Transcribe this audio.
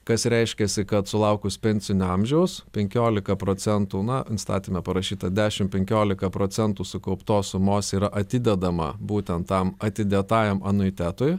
kas reiškiasi kad sulaukus pensinio amžiaus penkiolika procentų na įstatyme parašyta dešim penkiolika procentų sukauptos sumos yra atidedama būtent tam atidėtajam anuitetui